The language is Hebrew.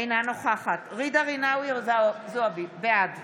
אינה נוכחת ג'ידא רינאוי זועבי, בעד